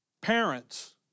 Parents